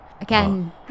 Again